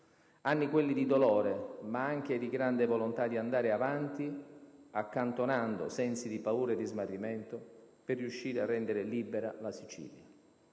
Anni quelli di dolore, ma anche di grande volontà di andare avanti accantonando sensi di paura e di smarrimento, per riuscire a rendere libera la Sicilia.